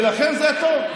ולכן זה טוב.